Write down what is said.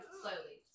slowly